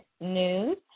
news